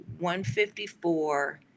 154